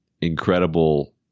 incredible